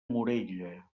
morella